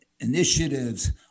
initiatives